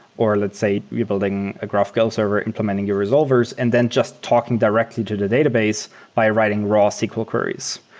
or let's say you're building a graphql server, implementing your resolvers and then just talking directly to the database by writing raw sql queries.